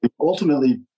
ultimately